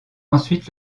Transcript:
ensuite